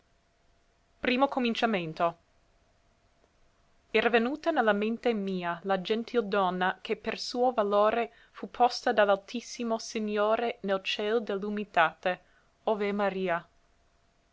cominciamento era venuta ne la mente mia la gentil donna che per suo valore fu posta da l'altissimo signore nel ciel de l'umiltate ov'è maria